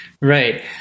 Right